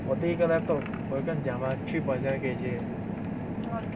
我第一个 laptop 我有跟你讲吗 three point seven K_G eh